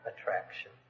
attraction